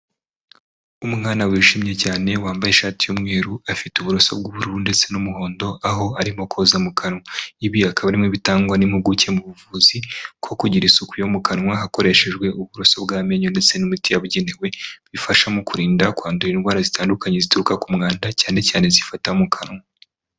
Umwana wishimye cyane wambaye ishati y'umweru afite uburoso bw'ubururu ndetse n'umuhondo aho arimo koza mu kanwa, ibi akaba ari bimwe bitangwa n'impuguke mu buvuzi ko kugira isuku yo mu kanwa hakoreshejwe uburoso bw'amenyo ndetse n'imiti yabugenewe, bifasha mu kurinda kwandura indwara zitandukanye zituruka ku mwanda cyane cyane zifata mu kanwa.